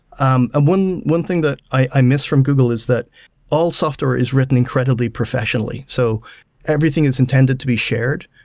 um and one one thing that i miss from google is that all software is written incredibly professionally, so everything is intended to be shared.